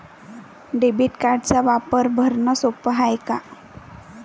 Debit कार्डचा वापर भरनं सोप हाय का?